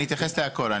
אני אתייחס להכול,